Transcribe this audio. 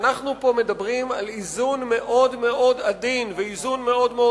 שאנחנו פה מדברים על איזון עדין מאוד ודק,